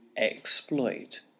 exploit